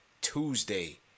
Tuesday